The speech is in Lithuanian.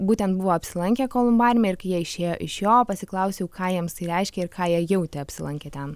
būtent buvo apsilankę kolumbariume ir kai jie išėjo iš jo pasiklausiau ką jiems tai reiškė ir ką jie jautė apsilankę ten